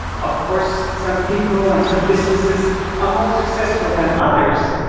of course, some people and some businesses are more successful than others,